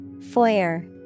Foyer